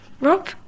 Rob